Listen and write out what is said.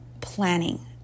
planning